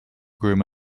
groom